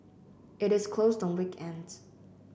it is closed on weekends